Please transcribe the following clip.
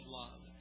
love